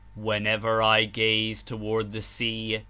whenever i gaze toward the sea,